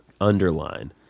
Underline